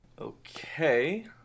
Okay